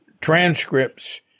transcripts